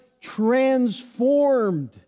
transformed